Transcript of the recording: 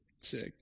Sick